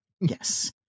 Yes